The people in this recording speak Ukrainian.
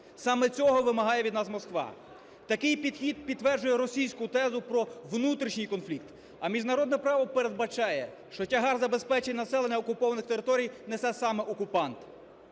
Саме цього вимагає від нас Москва. Такий підхід підтверджує російську тезу про внутрішній конфлікт. А міжнародне право передбачає, що тягар забезпечення населення окупованих територій несе саме окупант.